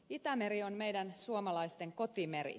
itämeri on meidän suomalaisten kotimeri